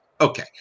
Okay